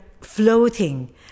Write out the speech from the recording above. floating